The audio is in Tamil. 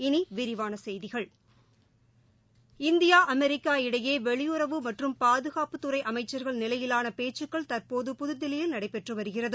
இனி விரிவான செய்திகள் இந்தியா அமெரிக்கா இடையே வெளியுறவு மற்றும் பாதுகாப்புத்துறை அமைச்சர்கள் நிலையிலான பேச்சுக்கள் தற்போது புதுதில்லியில் நடைபெற்று வருகிறது